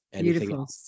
Beautiful